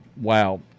Wow